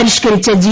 പരിഷ്ക്കരിച്ച ജി